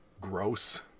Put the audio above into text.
gross